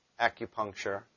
acupuncture